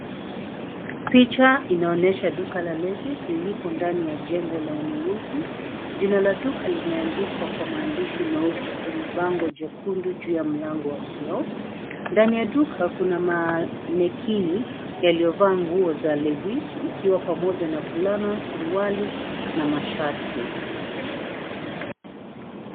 Picha inaonesha duka la Levi’s lilipo ndani ya jengo la ununuzi. Jina la duka limeandikwa kwa maandishi meupe kwenye bango jekundu juu ya mlango wa kioo. Ndani ya duka, kuna manekeni yaliyovaa nguo za Levi's ikiwa pamoja na fulana, suruali na masharti.